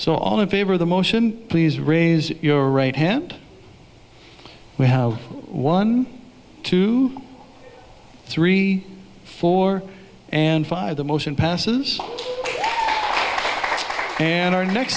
so all in favor of the motion please raise your right hand we have one or two three four and five the motion passes and our next